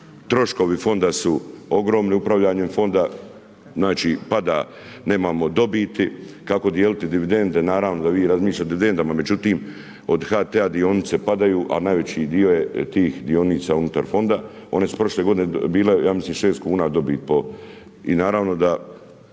troškovi fonda su ogromni upravljanjem fonda. Znači pada, nemamo dobiti, kako dijeliti dividende naravno da vi razmišljate o dividendama, međutim, od HT dionica padaju, a najveći dio je tih dionica unutar fonda. One su prošle g. bile ja mislim 6 kn dobiti i naravno da